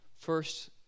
First